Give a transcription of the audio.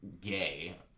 gay